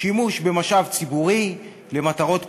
שימוש במשאב ציבורי למטרות פרטיות.